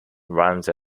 runs